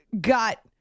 got